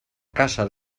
casa